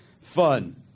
Fun